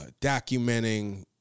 documenting